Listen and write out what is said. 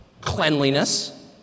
cleanliness